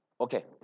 Okay